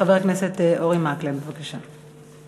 חבר הכנסת אורי מקלב, בבקשה.